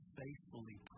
faithfully